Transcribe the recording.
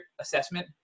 assessment